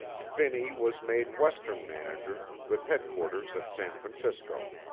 finney was made western manager with headquarters at san francisco.